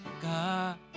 God